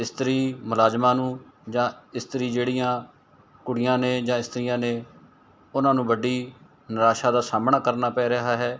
ਇਸਤਰੀ ਮੁਲਾਜ਼ਮਾਂ ਨੂੰ ਜਾਂ ਇਸਤਰੀ ਜਿਹੜੀਆਂ ਕੁੜੀਆਂ ਨੇ ਜਾਂ ਇਸਤਰੀਆਂ ਨੇ ਉਹਨਾਂ ਨੂੰ ਵੱਡੀ ਨਿਰਾਸ਼ਾ ਦਾ ਸਾਹਮਣਾ ਕਰਨਾ ਪੈ ਰਿਹਾ ਹੈ